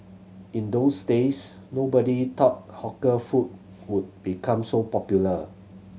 in those days nobody thought hawker food would become so popular